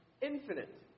infinite